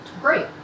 great